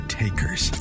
takers